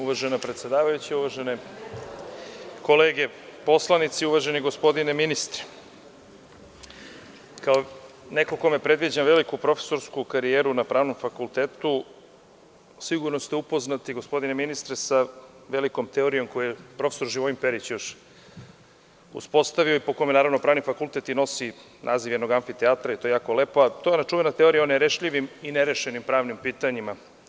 Uvažena predsedavajuća, uvažene kolege poslanici, uvaženi gospodine ministre, kao neko kome predviđam veliku profesorsku karijeru na Pravnom fakultetu, sigurno ste upoznati, gospodine ministre, sa velikom teorijom koju je profesor Živojin Perić uspostavio i po kome Pravni fakultet nosi naziv jednog amfiteatra, i to je jako lepo, a to je ona čuvena teorija o nerešljivim i nerešenim pravnim pitanjima.